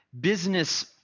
business